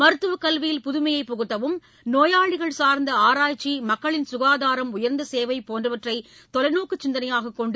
மருத்துவக் கல்வியில் புதுமையை புகுத்தவும் நோயாளிகள் சார்ந்த ஆராய்ச்சி மக்களின் சுகாதாரம் உயர்ந்த சேவை போன்றவற்றை தொலைநோக்கு சிந்தனையாகக் கொண்டு